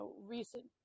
recent